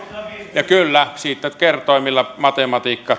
ja kyllä siitä kertoimilla matematiikka